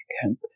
camp